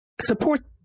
support